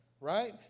right